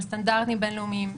על סטנדרטים בין-לאומיים,